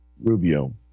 Rubio